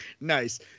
nice